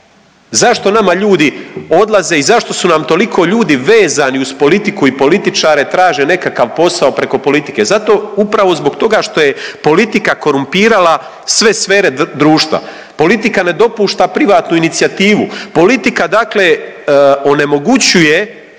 Zašto nama ljudi odlaze i zašto su nam toliko ljudi vezani uz politiku i političare, traže nekakav posao preko politike? Zato upravo zbog toga što je politika korumpirala sve sfere društva, politika ne dopušta privatnu inicijativu, politika onemogućuje